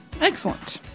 Excellent